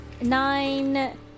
nine